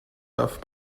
darf